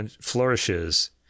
flourishes